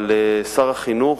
אבל שר החינוך,